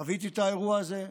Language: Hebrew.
חוויתי את האירוע הזה,